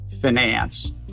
finance